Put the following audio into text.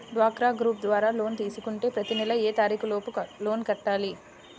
డ్వాక్రా గ్రూప్ ద్వారా లోన్ తీసుకుంటే ప్రతి నెల ఏ తారీకు లోపు లోన్ కట్టాలి?